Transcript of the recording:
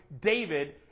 David